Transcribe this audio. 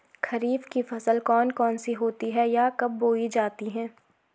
खरीफ की फसल कौन कौन सी होती हैं यह कब बोई जाती हैं?